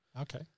Okay